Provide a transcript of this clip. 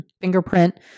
fingerprint